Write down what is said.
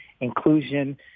inclusion